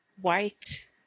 White